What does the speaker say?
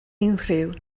unrhyw